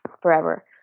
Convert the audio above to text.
forever